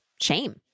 shame